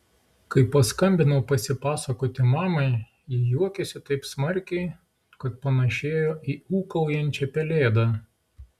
kai paskambinau pasipasakoti mamai ji juokėsi taip smarkiai kad panašėjo į ūkaujančią pelėdą